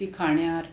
तिखाण्यार